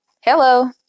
hello